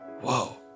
Whoa